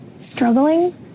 struggling